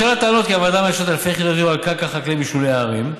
אשר לטענות שהוועדה מאשרת אלפי יחידות על קרקע חקלאית בשולי הערים,